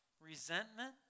Resentment